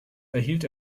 erhielt